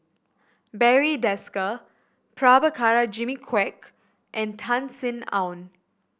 Barry Desker Prabhakara Jimmy Quek and Tan Sin Aun